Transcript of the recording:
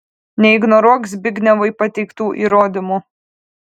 neignoruok zbignevui pateiktų įrodymų